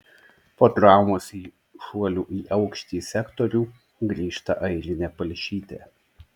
po traumos į šuolių į aukštį sektorių grįžta airinė palšytė